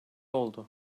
oldu